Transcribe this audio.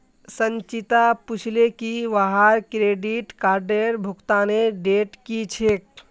संचिता पूछले की वहार क्रेडिट कार्डेर भुगतानेर डेट की छेक